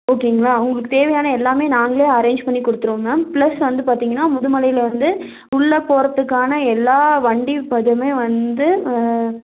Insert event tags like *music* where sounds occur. ஓகேங்களா உங்களுக்கு தேவையான எல்லாமே நாங்களே அரேஞ்ச் பண்ணி கொடுத்துடுவோம் மேம் ப்ளஸ் வந்து பார்த்திங்கன்னா முதுமலைலிருந்து உள்ளே போறத்துக்கான எல்லா வண்டி *unintelligible* வந்து